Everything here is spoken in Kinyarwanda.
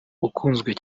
ukunzwe